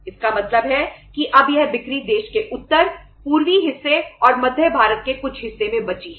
इसका मतलब है कि अब यह बिक्री देश के उत्तर पूर्वी हिस्से और मध्य भारत के कुछ हिस्से में बची है